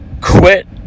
quit